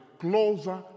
closer